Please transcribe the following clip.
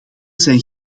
zijn